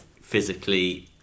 physically